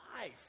life